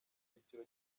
cyiciro